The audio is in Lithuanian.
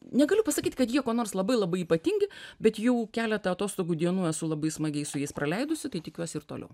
negaliu pasakyt kad jie kuo nors labai labai ypatingi bet jau keletą atostogų dienų esu labai smagiai su jais praleidusi tai tikiuosi ir toliau